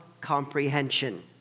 comprehension